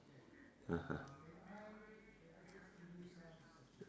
(uh huh)